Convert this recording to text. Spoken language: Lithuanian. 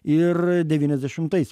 ir devyniasdešimtais